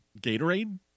gatorade